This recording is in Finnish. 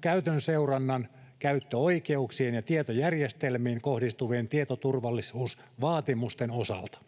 käytön seurannan, käyttöoikeuksien ja tietojärjestelmiin kohdistuvien tietoturvallisuusvaatimusten osalta.